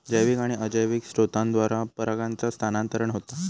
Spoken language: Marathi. जैविक आणि अजैविक स्त्रोतांद्वारा परागांचा स्थानांतरण होता